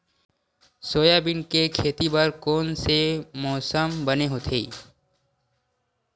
Soybean के खेती बर कोन से मौसम बने होथे?